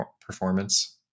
performance